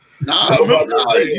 nah